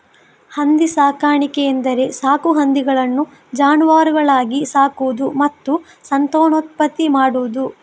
ಹಂದಿ ಸಾಕಾಣಿಕೆ ಎಂದರೆ ಸಾಕು ಹಂದಿಗಳನ್ನು ಜಾನುವಾರುಗಳಾಗಿ ಸಾಕುವುದು ಮತ್ತು ಸಂತಾನೋತ್ಪತ್ತಿ ಮಾಡುವುದು